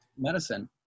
medicine